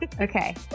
okay